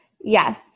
Yes